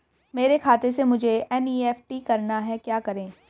मेरे खाते से मुझे एन.ई.एफ.टी करना है क्या करें?